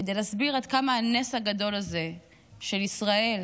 כדי להסביר עד כמה הנס הגדול הזה של ישראל